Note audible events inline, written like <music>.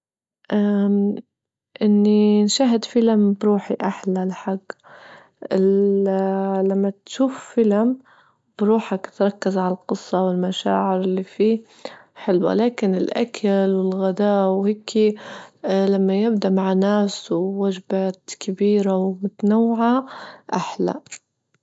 ا <hesitation> إني نشاهد فيلم بروحي أحلى الحج، ال لما تشوف فيلم بروحك تركز عالقصة والمشاعر اللي فيه حلوة لكن الأكل والغداء وهيكي اه لما يبدا مع ناس ووجبات كبيرة ومتنوعة أحلى.